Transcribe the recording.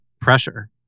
pressure